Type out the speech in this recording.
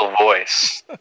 voice